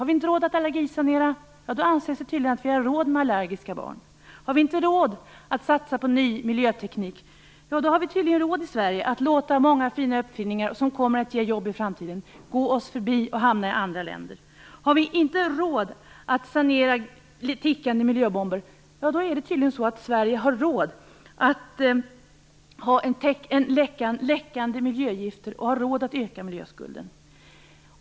Har vi inte råd att allergisanera, anses det tydligen att vi har råd med allergiska barn. Har vi inte råd att satsa på ny miljöteknik, så har vi i Sverige tydligen råd att låta många fina uppfinningar, som skulle ge jobb i framtiden, gå oss förbi och hamna i andra länder. Har vi inte råd att sanera tickande miljöbomber, är det tydligen så att Sverige har råd att ha läckande miljögifter och att öka miljöskulden.